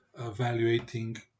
evaluating